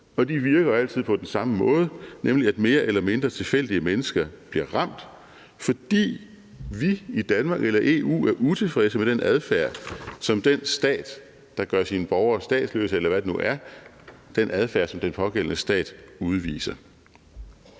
og de virker altid på den samme måde, nemlig at mere eller mindre tilfældige mennesker bliver ramt, fordi vi i Danmark eller EU er utilfredse med den adfærd, som den pågældende stat, der gør sine borgere statsløse, eller hvad det nu er, udviser. Lige præcis hvad angår